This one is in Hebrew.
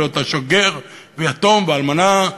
ולא תעשוק גר ויתום ואלמנה,